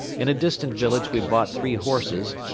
in a distant village we bought three horses,